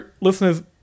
listeners